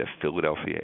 Philadelphia